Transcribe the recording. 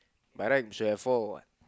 by right should have four what